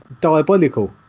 diabolical